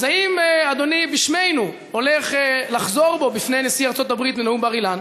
אז האם אדוני בשמנו הולך לחזור בו בפני נשיא ארצות-הברית מנאום בר-אילן